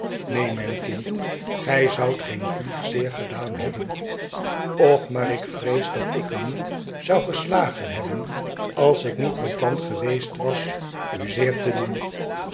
neen mijn kind gij zoudt geen vlieg zeer gedaan hebben och maar ik vrees dat ik u niet zou geslagen hebben als ik niet van plan geweest was u zeer te doen